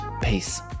Peace